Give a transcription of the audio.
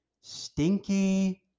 stinky